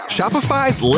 Shopify's